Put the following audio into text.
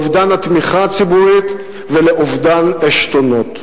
על אובדן התמיכה הציבורית ועל אובדן עשתונות.